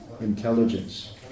intelligence